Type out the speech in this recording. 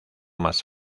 más